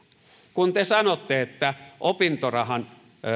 kun te sanotte että opintorahan